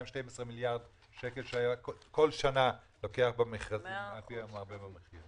שקונים דירות בסיטונות איך מונעים מהם להיכנס לשוק הזה?